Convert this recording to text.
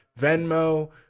Venmo